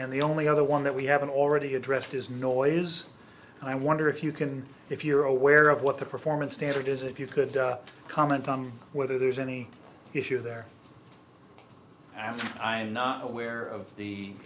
and the only other one that we haven't already addressed is noise and i wonder if you can if you're aware of what the performance standard is if you could comment on whether there's any issue there i'm not aware of the